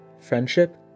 friendship